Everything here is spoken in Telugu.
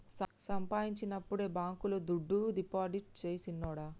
సంపాయించినప్పుడే బాంకీలో దుడ్డు డిపాజిట్టు సెయ్ సిన్నోడా